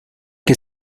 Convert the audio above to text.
que